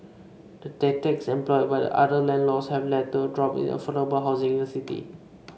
the tactics employed by other landlords have led to a drop in affordable housing in the city